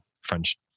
French